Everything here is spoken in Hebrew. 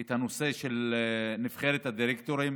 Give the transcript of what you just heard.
את הנושא של נבחרת הדירקטורים,